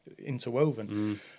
interwoven